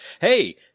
hey